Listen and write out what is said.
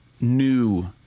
new